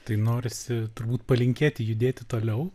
tai norisi turbūt palinkėti judėti toliau